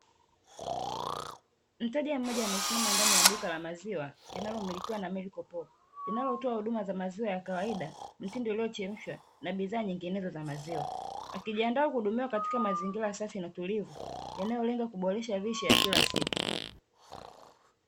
Mteja mmoja amesimama ndani ya duka la maziwa linalo milikiwa na milikopo, linalotoa huduma ya maziwa yakawaida mtindi uliochemshwa na bidhaa nyinginezo za maziwa. Akijiandaa kuhudumia katika mazingira safi na ya utulivu yanayolenga katika kuboresha lishe ya kila siku.